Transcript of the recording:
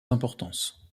importance